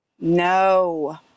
no